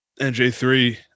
nj3